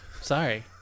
sorry